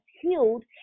healed